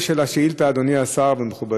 אני חושב שהגיע הזמן שהמדינה תבין שנפגעות